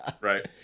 right